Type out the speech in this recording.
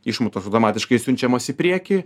išmatos automatiškai siunčiamos į priekį